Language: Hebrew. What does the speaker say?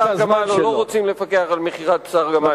גמל או לא רוצים לפקח על מכירת בשר גמל.